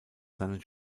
seinen